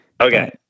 Okay